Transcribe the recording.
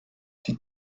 die